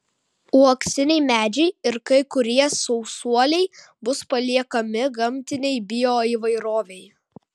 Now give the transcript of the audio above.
uoksiniai medžiai ir kai kurie sausuoliai bus paliekami gamtinei bioįvairovei